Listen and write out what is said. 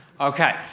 Okay